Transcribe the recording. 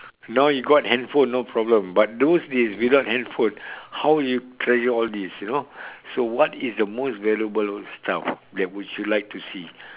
now you got handphone no problem but those days without handphone how you treasure all these you know so what is the most valuable stuff that would you like to see